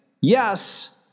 Yes